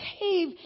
cave